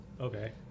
Okay